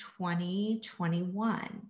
2021